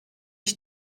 ich